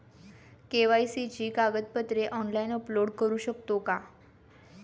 KYC ची कागदपत्रे online upload करू शकतो का?